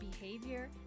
behavior